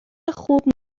خوب